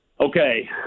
Okay